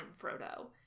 Frodo